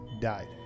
died